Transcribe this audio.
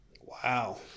Wow